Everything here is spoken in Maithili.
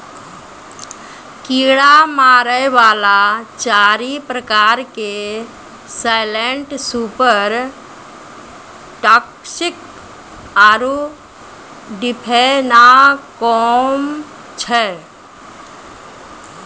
कीड़ा मारै वाला चारि प्रकार के साइलेंट सुपर टॉक्सिक आरु डिफेनाकौम छै